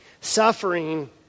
suffering